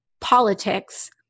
politics